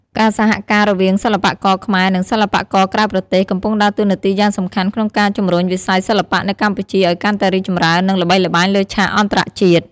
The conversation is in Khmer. ការសហការរវាងសិល្បករខ្មែរ និងសិល្បករក្រៅប្រទេស កំពុងដើរតួនាទីយ៉ាងសំខាន់ក្នុងការជំរុញវិស័យសិល្បៈនៅកម្ពុជាឱ្យកាន់តែរីកចម្រើន និងល្បីល្បាញលើឆាកអន្តរជាតិ។